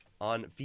on